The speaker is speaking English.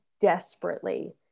desperately